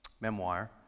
memoir